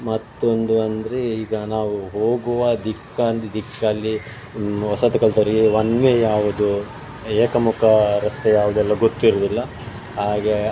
ಮತ್ತೊಂದು ಅಂದರೆ ಈಗ ನಾವು ಹೋಗುವ ದಿಕ್ಕನ್ನೆ ದಿಕ್ಕಲ್ಲಿ ಹೊಸತು ಕಲ್ತವರಿಗೆ ಒನ್ ವೆ ಯಾವುದು ಏಕಮುಖ ರಸ್ತೆ ಯಾವುದೆಲ್ಲ ಗೊತ್ತಿರುವುದಿಲ್ಲ ಹಾಗೇ